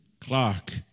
Clark